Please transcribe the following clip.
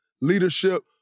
Leadership